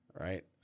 Right